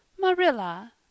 Marilla